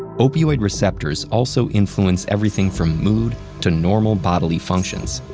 opioid receptors also influence everything from mood to normal bodily functions.